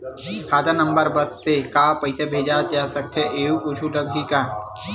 खाता नंबर बस से का पईसा भेजे जा सकथे एयू कुछ नई लगही का?